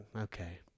Okay